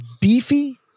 beefy